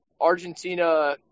Argentina